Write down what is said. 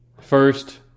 First